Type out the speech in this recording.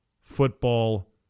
football